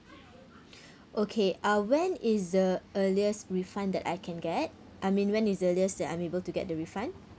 okay uh when is the earliest refund that I can get I mean when is the earliest I'm able to get the refund